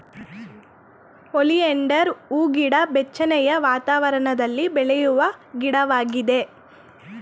oleander ಹೂಗಿಡ ಬೆಚ್ಚನೆಯ ವಾತಾವರಣದಲ್ಲಿ ಬೆಳೆಯುವ ಗಿಡವಾಗಿದೆ